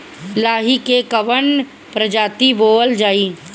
लाही की कवन प्रजाति बोअल जाई?